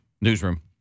Newsroom